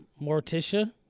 Morticia